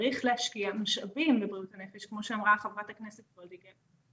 צריך להשקיע משאבים בבריאות הנפש כמו שאמרה חברת הכנסת וולדיגר.